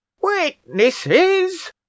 witnesses